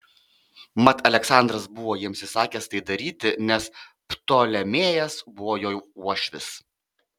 mat aleksandras buvo jiems įsakęs tai daryti nes ptolemėjas buvo jo uošvis